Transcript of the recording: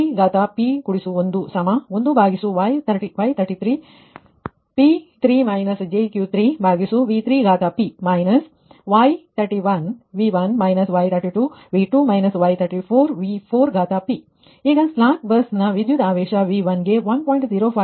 V3p11Y33P3 jQ3V3p Y31V1 Y32V2 Y34V4p ಈಗ slack ಬಸ್ನ ವಿದ್ಯುತ್ ಆವೇಶ V1 ಗೆ 1